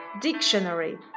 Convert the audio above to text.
Dictionary